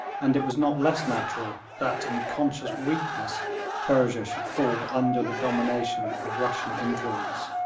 and it was not less natural that in conscious weakness persia should fall under the domination of russian influence.